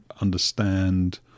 understand